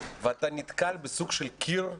ואתה נתקל בסוג של קיר,